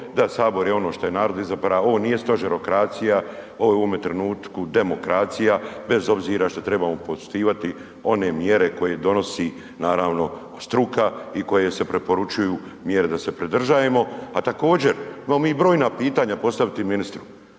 da Sabor je ono što je narod izabrao, ovo nije stožerokracija, ovo je u ovome trenutku demokracija bez obzira što trebamo poštivati one mjere koje donosi naravno struka i koje se preporučuju mjere da se pridržajemo. A također imamo mi brojna pitanja postaviti ministru,